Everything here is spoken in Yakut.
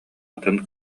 атын